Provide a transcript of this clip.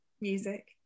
music